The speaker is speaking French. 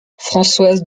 françoise